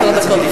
עשר דקות.